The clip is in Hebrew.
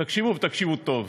תקשיבו, ותקשיבו טוב: